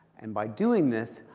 and by doing this,